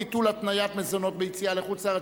ביטול התניית מזונות ביציאה לחו"ל),